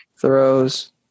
throws